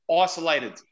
isolated